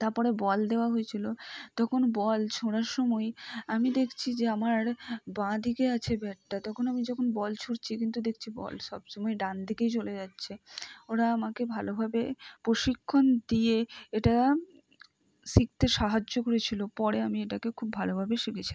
তারপরে বল দেওয়া হয়েছিলো তখন বল ছোঁড়ার সময় আমি দেখছি যে আমার বাঁ দিকে আছে ব্যাটটা তখন আমি যখন বল ছুঁড়ছি কিন্তু দেখছি বল সব সময় ডান দিকেই চলে যাচ্ছে ওরা আমাকে ভালোভাবে প্রশিক্ষণ দিয়ে এটা শিখতে সাহায্য করেছিলো পরে আমি এটাকে খুব ভালোভাবে শিখেছি